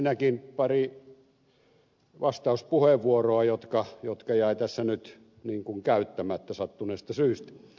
ensinnäkin pari vastauspuheenvuoroa jotka jäivät tässä käyttämättä sattuneesta syystä